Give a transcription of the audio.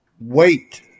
wait